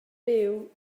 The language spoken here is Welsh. byw